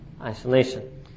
isolation